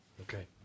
Okay